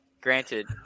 granted